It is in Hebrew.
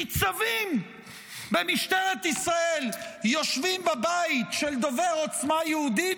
ניצבים במשטרת ישראל יושבים בבית של דובר עוצמה יהודית,